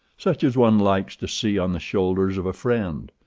such as one likes to see on the shoulders of a friend.